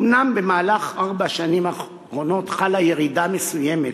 אומנם במהלך ארבע השנים האחרונות חלה ירידה מסוימת,